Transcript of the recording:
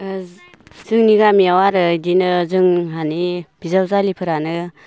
जोंनि गामियाव आरो बिदिनो जोंहानि बिजावजालिफोरानो